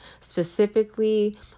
specifically